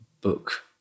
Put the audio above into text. book